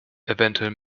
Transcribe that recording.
eventuell